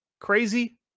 crazy